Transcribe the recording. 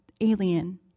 alien